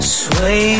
sway